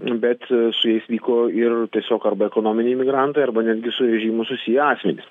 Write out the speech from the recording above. bet su jais vyko ir tiesiog arba ekonominiai migrantai arba netgi su režimu susiję asmenys